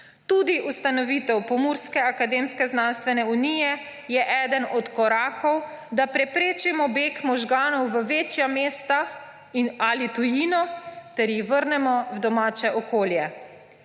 Tudi ustanovitev Pomurske akademsko-znanstvene unije je eden od korakov, da preprečimo beg možganov v večja mesta in/ali tujino ter jih vrnemo v domače okolje.